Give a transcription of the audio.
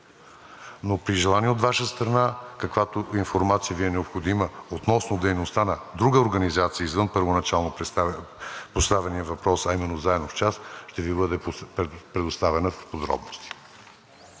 Но при желание от Ваша страна каквато информация Ви е необходима относно дейността на друга организация, извън първоначално поставения въпрос, а именно „Заедно в час“, ще Ви бъде предоставена в подробности.